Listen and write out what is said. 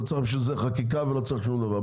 לא צריך בשביל זה חקיקה ולא צריך שום דבר.